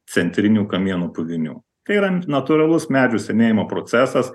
centrinių kamienų puvinių tai yra natūralus medžių senėjimo procesas